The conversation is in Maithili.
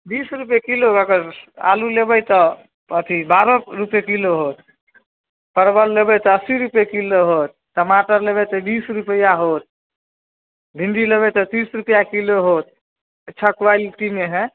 बीस रुपैए किलो अगर आलू लेबै तऽ अथी बारऽ रुपैए किलो होत परवल लेबै तऽ अस्सी रुपैए किलोके होत टमाटर लेबै तऽ बीस रुपैआ होत भिण्डी लेबै तऽ तीस रुपैआ किलो होत अच्छा क्वालिटीमे हइ